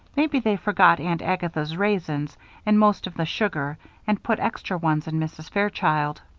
maybe they forgot aunt agatha's raisins and most of the sugar and put extra ones in mrs. fairchild.